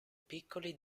piccoli